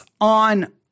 on